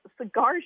cigar